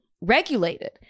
regulated